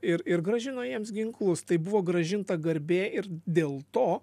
ir ir grąžino jiems ginklus tai buvo grąžinta garbė ir dėl to